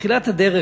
בתחילת הדרך,